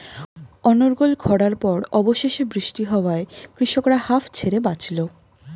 অনর্গল খড়ার পর অবশেষে বৃষ্টি হওয়ায় কৃষকরা হাঁফ ছেড়ে বাঁচল